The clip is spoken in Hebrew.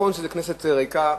נכון שהכנסת ריקה,